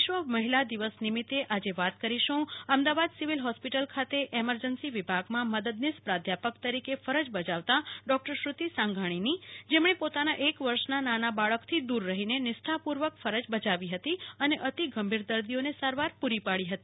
વિશ્વ મહિલા દિવસ નિમિત્તે આજે વાત કરીશું અમદાવાદ સિવિલ હોસ્પિટલ ખાતે ઇમરજન્સી વિભાગમાં મદદનીશ પ્રાધ્યાપક તરીકે ફરજ બજાવતા ડો શ્રુતિ સાંગાણીની જેમણે પોતાના એક વર્ષના નાના બાળકથી દૂર રહીને નિષ્ઠાપૂર્વક ફરજ બજાવી હતી અને અતિ ગંભીર દર્દીઓને સારવાર પૂરી પાડી હતી